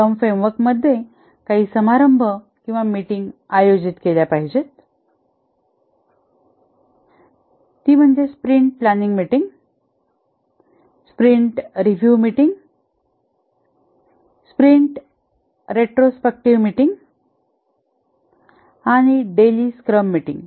scrum फ्रेमवर्कमध्ये काही समारंभ किंवा मीटिंग आयोजित केल्या पाहिजेत ती म्हणजे sprint planning meeting sprint review meeting sprint retrospective meeting आणि डेली स्क्रम मीटिंग